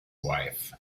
wife